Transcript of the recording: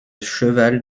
cheval